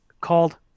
called